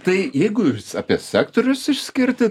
tai jeigu jūs apie sektorius išskirti